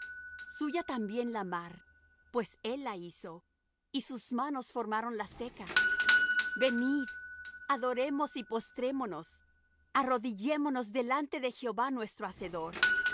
suya también la mar pues él la hizo y sus manos formaron la seca venid adoremos y postrémonos arrodillémonos delante de jehová nuestro hacedor